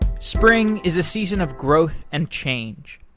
spring is a season of growth and change.